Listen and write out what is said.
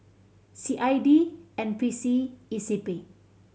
C I D N P C E C P